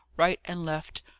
right and left.